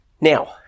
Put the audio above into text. Now